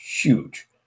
huge